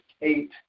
eight